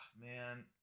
man